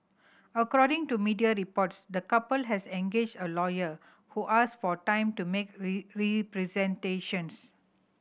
according to media reports the couple has engaged a lawyer who asked for time to make representations